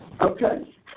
Okay